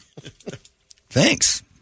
Thanks